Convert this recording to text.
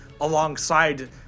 alongside